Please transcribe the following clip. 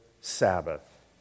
Sabbath